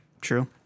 True